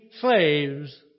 slaves